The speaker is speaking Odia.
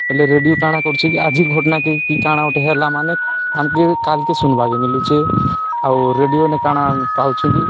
ହେଲେ ରେଡ଼ିଓ କାଣା କରୁଛେକି ଆଜିର୍ ଘଟଣାକେ କି କାଣା ଗୁଟେ ହେଲା ମାନେ ଆମ୍କେ କାଲେ ସୁନବାକେ ମିଲୁଚେ ଆଉ ରେଡ଼ିଓନେ କାଣା ପାଉଛନ୍ତି